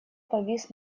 повис